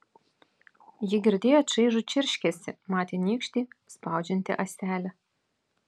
ji girdėjo čaižų čirškesį matė nykštį spaudžiantį ąselę